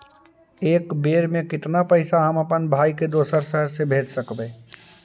एक बेर मे कतना पैसा हम अपन भाइ के दोसर शहर मे भेज सकबै?